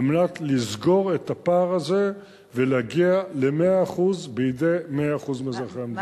על מנת לסגור את הפער הזה ולהגיע ל-100% בידי 100% אזרחי המדינה.